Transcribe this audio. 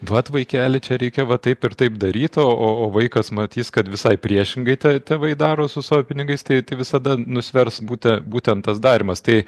vat vaikeli čia reikia va taip ir taip daryt o o vaikas matys kad visai priešingai tai tėvai daro su savo pinigais tai tai visada nusvers būti būtent tas darymas tai